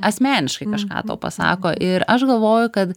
asmeniškai kažką tau pasako ir aš galvoju kad